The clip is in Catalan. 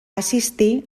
assistir